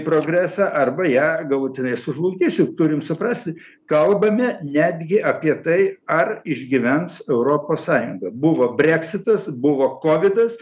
progresą arba ją galutinai sužlugdysim turim suprasti kalbame netgi apie tai ar išgyvens europos sąjunga buvo breksitas buvo kovidas